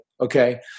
okay